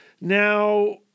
Now